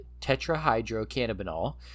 tetrahydrocannabinol